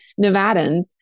Nevadans